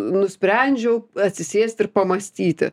nusprendžiau atsisėsti ir pamąstyti